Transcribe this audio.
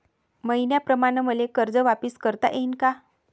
मईन्याप्रमाणं मले कर्ज वापिस करता येईन का?